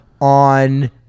on